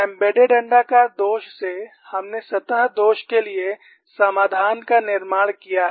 embedded अण्डाकार दोष से हमने सतह दोष के लिए समाधान का निर्माण किया है